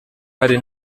hari